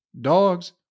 dogs